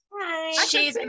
Hi